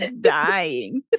dying